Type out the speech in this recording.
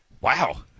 Wow